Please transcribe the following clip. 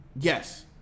Yes